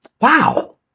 wow